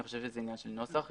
אני חושב שזה עניין של נוסח.